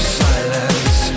silence